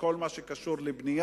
כל מה שקשור לבנייה,